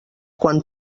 quan